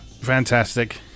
fantastic